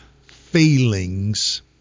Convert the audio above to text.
feelings